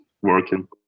working